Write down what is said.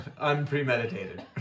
unpremeditated